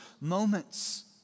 moments